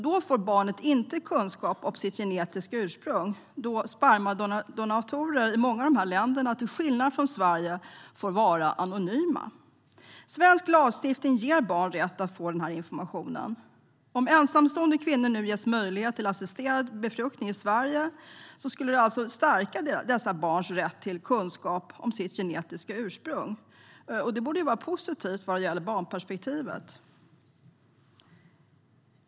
Då får barnen inte kunskap om sitt genetiska ursprung eftersom spermadonatorer i många av dessa länder, till skillnad från i Sverige, får vara anonyma. Svensk lagstiftning ger barn rätt att få denna information. Om ensamstående kvinnor nu ges möjlighet till assisterad befruktning i Sverige skulle det alltså stärka dessa barns rätt till kunskap om deras genetiska ursprung. Det borde ju vara positivt vad gäller barnperspektivet.